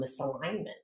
misalignment